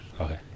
Okay